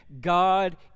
God